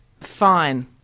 Fine